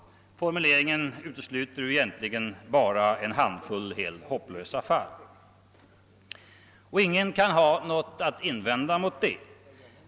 Formuleringen utesluter egentligen bara en handfull helt hopplösa fall. Ingen kan ha något att invända mot det.